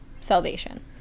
salvation